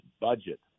budget